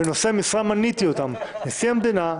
ואת נושאי המשרה מניתי: נשיא המדינה,